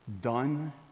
done